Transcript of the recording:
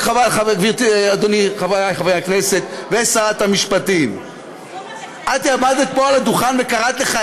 חוץ מזה, זה לא אתה באמת פה, הרי